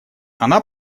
она